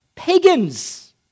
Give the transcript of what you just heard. Pagans